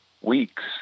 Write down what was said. weeks